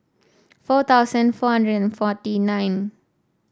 four thousand four hundred and forty nine